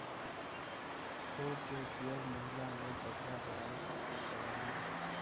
फूल के उपयोग महिला लोग गजरा बनावे खातिर करलीन